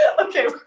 Okay